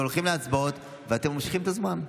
הולכים להצבעות ואתם מושכים את הזמן.